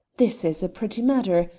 this is a pretty matter.